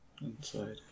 Inside